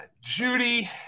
Judy